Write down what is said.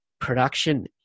production